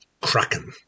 kraken